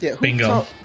Bingo